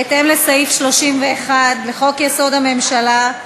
בהתאם לסעיף 31(ב) לחוק-יסוד: הממשלה,